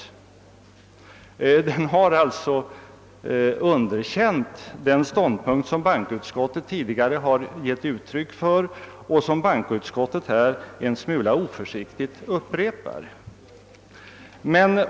Riksdagen har alltså underkänt den ståndpunkt som bankoutskottet tidigare givit uttryck för och som bankoutskottet nu en smula oförsiktigt upprepar.